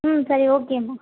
ம் சரி ஓகேமா